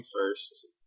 first